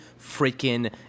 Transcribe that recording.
freaking